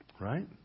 Right